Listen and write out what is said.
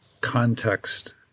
context